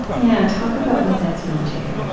yeah, talk about what that's meant to you